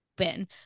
open